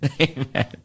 Amen